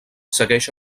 segueix